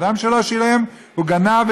אדם שלא שילם הוא גנב,